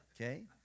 Okay